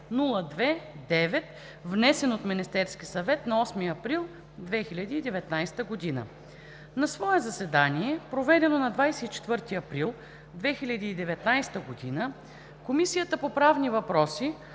902-02-9, внесен от Министерския съвет на 8 април 2019 г. На свое заседание, проведено на 24 април 2019 г., Комисията по правни въпроси